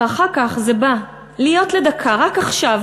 ואחר כך זה בא // להיות לדקה / רק עכשיו,